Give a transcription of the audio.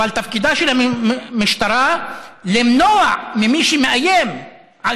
אבל תפקידה של המשטרה הוא למנוע ממי שמאיים על